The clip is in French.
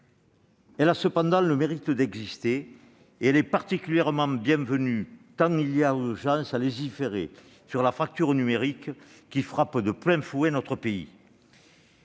Elle a cependant le mérite d'exister, et elle est particulièrement bienvenue tant il y a urgence à légiférer sur la fracture numérique qui frappe de plein fouet notre pays.